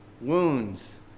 wounds